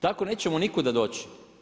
Tako nećemo nikuda doći.